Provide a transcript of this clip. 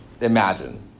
imagine